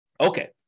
Okay